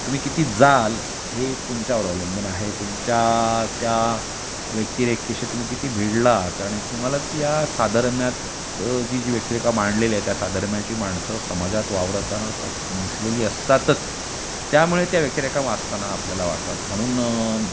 तुम्ही किती जाल हे तुमच्यावर अवलंबून आहे तुमच्या त्या व्यक्तिरेखेशी तुम्ही किती भिडला आहात आणि तुम्हाला त्या साधर्म्यात जी जी व्यक्तिरेखा मांडलेली आहे त्या साधर्म्याची माणसं समाजात वावरताना दिसलेली असतातच त्यामुळे त्या व्यक्तिरेखा वाचताना आपल्याला वाटतात म्हणून